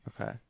okay